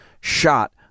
shot